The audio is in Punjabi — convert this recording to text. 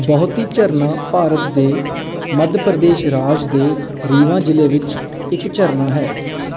ਬਹੁਤੀ ਝਰਨਾ ਭਾਰਤ ਦੇ ਮੱਧ ਪ੍ਰਦੇਸ਼ ਰਾਜ ਦੇ ਰੀਵਾ ਜ਼ਿਲ੍ਹੇ ਵਿੱਚ ਇੱਕ ਝਰਨਾ ਹੈ